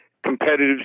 competitive